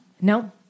No